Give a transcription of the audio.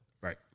Right